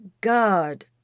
God